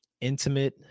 intimate